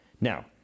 Now